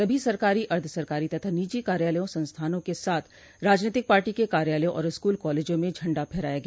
सभी सरकारी अर्द्वसरकारी तथा निजी कार्यालयों संस्थानों के साथ राजनीतिक पार्टी के कार्यालयों और स्कूल कॉलेजों में झंडा फहराया गया